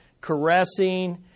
caressing